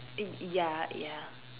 in ya ya